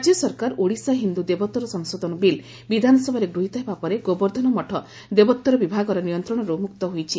ରାଜ୍ୟ ସରକାର ଓଡ଼ିଶା ହିନ୍ଦୁ ଦେବୋଉର ସଂଶୋଧନ ବିଲ୍ ବିଧାନସଭାରେ ଗୃହୀତ ହେବା ପରେ ଗୋବର୍ବ୍ଧ୍ଧନ ମଠ ଦେବୋଉର ବିଭାଗର ନିୟନ୍ନଶରୁ ମୁକ୍ତ ହୋଇଛି